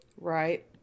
right